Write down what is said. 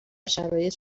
شرایط